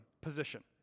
position